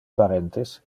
parentes